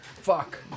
Fuck